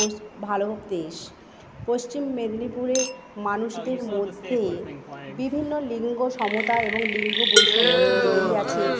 ভালো দেশ পশ্চিম মেদিনীপুরের মানুষদের মধ্যে বিভিন্ন লিঙ্গ সমতা এবং লিঙ্গ বৈষম্য তো লেগেই আছে